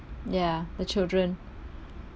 ya the children